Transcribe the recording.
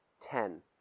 Ten